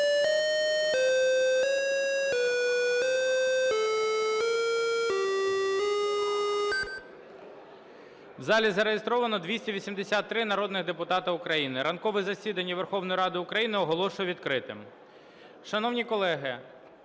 В залі зареєстровано 283 народних депутати України. Ранкове засідання Верховної Ради України оголошую відкритим. Шановні колеги,